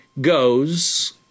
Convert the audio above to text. goes